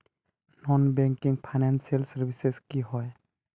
Non banking financial services की होय?